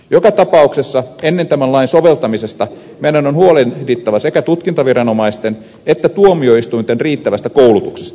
joka tapauksessa ennen tämän lain soveltamista meidän on huolehdittava sekä tutkintaviranomaisten että tuomioistuinten riittävästä koulutuksesta